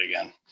again